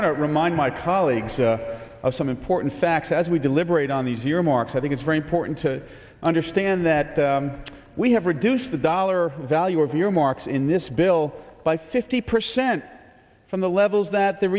want to remind my colleagues of some important facts as we deliberate on these earmarks i think it's very important to understand that we have reduced the dollar value of your marks in this bill by fifty percent from the levels that the